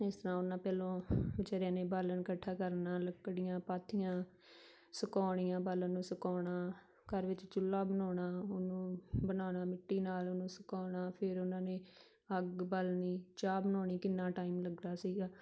ਇਸ ਤਰ੍ਹਾਂ ਉਹਨਾਂ ਪਹਿਲਾਂ ਵਿਚਾਰਿਆਂ ਨੇ ਬਾਲਣ ਇਕੱਠਾ ਕਰਨਾ ਲੱਕੜੀਆਂ ਪਾਥੀਆਂ ਸੁਕਾਉਣੀਆਂ ਬਾਲਣ ਨੂੰ ਸੁਕਾਉਣਾ ਘਰ ਵਿੱਚ ਚੁੱਲ੍ਹਾ ਬਣਾਉਣਾ ਉਹਨੂੰ ਬਣਾਉਣਾ ਮਿੱਟੀ ਨਾਲ ਉਹਨੂੰ ਸੁਕਾਉਣਾ ਫਿਰ ਉਹਨਾਂ ਨੇ ਅੱਗ ਬਾਲਣੀ ਚਾਹ ਬਣਾਉਣੀ ਕਿੰਨਾਂ ਟਾਈਮ ਲੱਗਦਾ ਸੀਗਾ